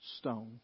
stone